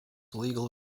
legal